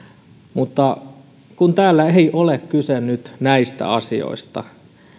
mutta kun täällä ei ole kyse nyt näistä asioista